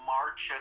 March